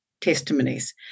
testimonies